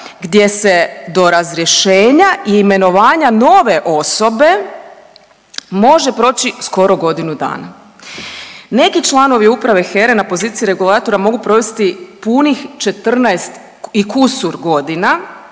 gdje se do razrješenja i imenovanja nove osobe može proći skoro godinu dana. Neki članovi Uprave HERA-e na poziciji regulatora mogu provesti punih 14 i kusur godina,